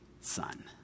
son